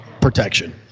protection